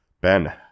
Ben